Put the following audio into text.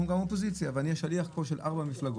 אבל אני גם מן האופוזיציה ואני השליח פה של ארבע מפלגות